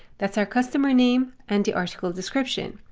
that's our customer name and the article description,